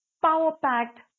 Power-packed